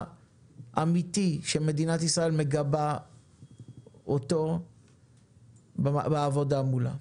אמיתי שמדינת ישראל מגבה אותו בעבודה מולה.